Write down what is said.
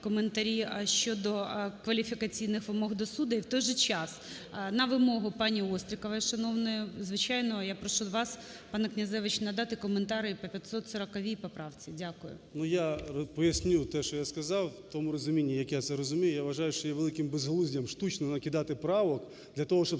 коментарі щодо кваліфікаційних вимог, і в той же час на вимогу паніОстрікової шановної, звичайно, я прошу вас, пане Князевич, надати коментар і по 540 поправці. Дякую. 13:16:52 КНЯЗЕВИЧ Р.П. Ну, я поясню те, що я сказав в тому розумінні, як я це розумію. Я вважаю, що є великим безглуздям штучно накидати правок для того, щоб